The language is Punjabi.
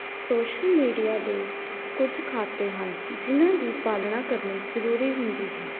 ਸੋਸ਼ਲ ਮੀਡੀਆ ਦੇ ਕੁਝ ਖਾਤੇ ਹਨ ਜਿਹਨਾਂ ਦੀ ਪਾਲਣਾ ਕਰਨੀ ਜ਼ਰੂਰੀ ਹੁੰਦੀ ਹੈ